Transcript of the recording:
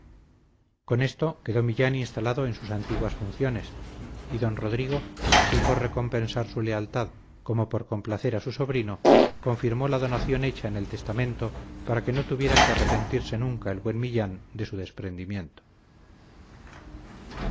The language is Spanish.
con esto quedó millán instalado en sus antiguas funciones y don rodrigo así por recompensar su lealtad como por complacer a su sobrino confirmó la donación hecha en el testamento para que no tuviera que arrepentirse nunca el buen millán de su desprendimiento